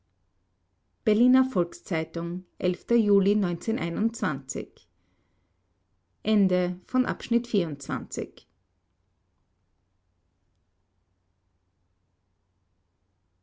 berliner volks-zeitung juli